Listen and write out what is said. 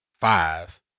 five